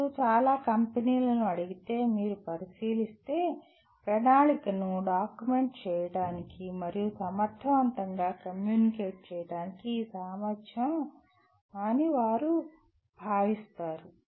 మీరు చాలా కంపెనీలను అడిగితే మీరు పరిశీలిస్తే ప్రణాళికను డాక్యుమెంట్ చేయడానికి మరియు సమర్థవంతంగా కమ్యూనికేట్ చేయడానికి ఈ సామర్థ్యాన్ని వారు భావిస్తారు